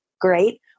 great